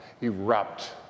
erupt